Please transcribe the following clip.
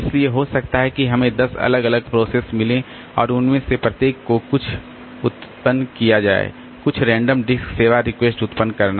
इसलिए हो सकता है कि हमें दस अलग अलग प्रोसेस मिलें और उनमें से प्रत्येक को कुछ उत्पन्न किया जाए कुछ रैंडम डिस्क सेवा रिक्वेस्ट उत्पन्न करना